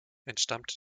entstammte